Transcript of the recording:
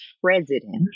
president